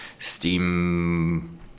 steam